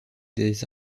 des